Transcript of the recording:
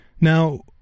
now